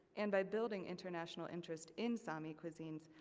and by building international interest in sami cuisines,